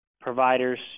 Providers